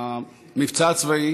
המבצע הצבאי